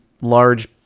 large